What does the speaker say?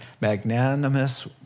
magnanimous